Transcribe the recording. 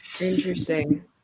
Interesting